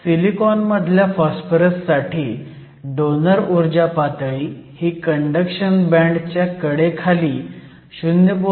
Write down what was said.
सिलिकॉनमधल्या phosphorus साठी donor ऊर्जा पातळी ही कंडक्शन बँडच्या कडेखाली 0